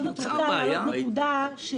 אמרתי מעט מדיי?